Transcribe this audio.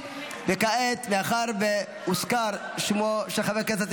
בעד, חמישה נגד.